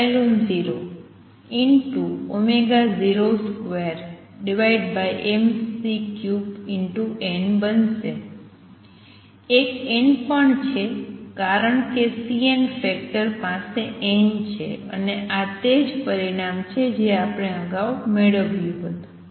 એક n પણ છે કારણ કે Cn ફેક્ટર પાસે n છે અને આ તે જ પરિણામ છે જે આપણે અગાઉ મેળવ્યું હતું